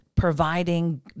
providing